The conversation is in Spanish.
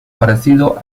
parecido